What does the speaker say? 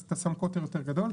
אז אתה שם קוטר יותר גדול.